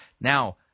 Now